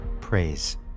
praise